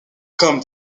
comme